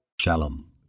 Shalom